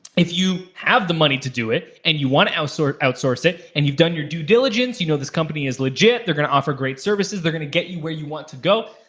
if you have the money to do it and you wanna outsource outsource it and you've done your due diligence, you know this company is legit, they're gonna offer great services, they're gonna get you where you want to go,